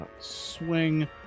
swing